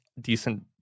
decent